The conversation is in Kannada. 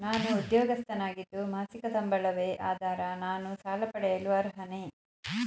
ನಾನು ಉದ್ಯೋಗಸ್ಥನಾಗಿದ್ದು ಮಾಸಿಕ ಸಂಬಳವೇ ಆಧಾರ ನಾನು ಸಾಲ ಪಡೆಯಲು ಅರ್ಹನೇ?